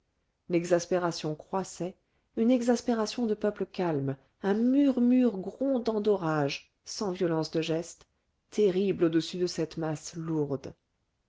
l'exaspération croissait une exaspération de peuple calme un murmure grondant d'orage sans violence de gestes terrible au-dessus de cette masse lourde